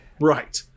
Right